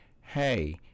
hey